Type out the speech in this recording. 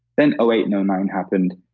then eight and nine happened,